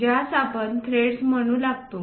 ज्यास आपण थ्रेड्स म्हणू लागतो